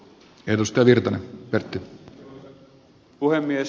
arvoisa puhemies